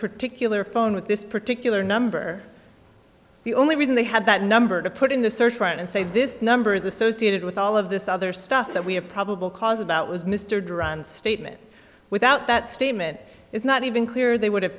particular phone with this particular number the only reason they had that number to put in the search warrant and say this number is associated with all of this other stuff that we have probable cause about was mr durant's statement without that statement it's not even clear they would have